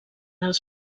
els